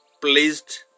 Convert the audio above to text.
pleased